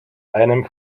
einem